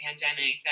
pandemic